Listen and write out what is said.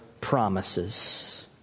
promises